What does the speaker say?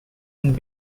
and